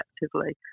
effectively